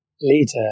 leader